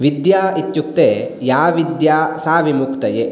विद्या इत्युक्ते या विद्या सा विमुक्तये